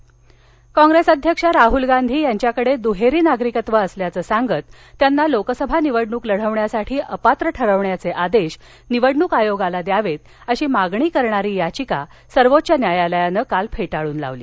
राहल गांधी काँप्रेस अध्यक्ष राहूल गांधी यांच्याकडे दुहेरी नागरिकत्व असल्याचं सांगत त्यांना लोकसभा निवडणूक लढवण्यासाठी अपात्र ठरवण्याचे आदेश निवडणूक आयोगाला द्यावेत अशी मागणी करणारी याचिका सर्वोच्च न्यायालयान काल फेटाळून लावली